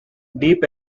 deep